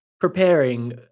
preparing